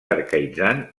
arcaïtzant